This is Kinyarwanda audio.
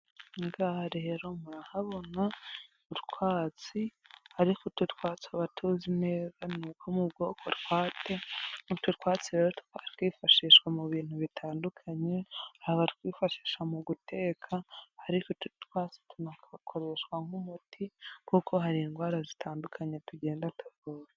Ngaha rero murahabona utwatsi ariko utwo twatsi abatozi neza mu bwoko twate utu twatsi rero twakwifashishwa mu bintu bitandukanyeba twifashisha mu guteka ari tunakoreshwa nk'umuti kuko hari indwara zitandukanye tugenda tuvura.